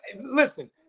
Listen